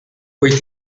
poi